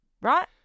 right